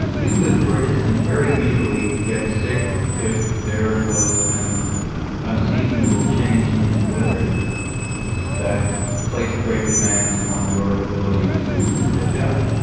you could, for instance, very easily get sick if there was an unseasonable change in the weather that placed great demands on your ability to adjust,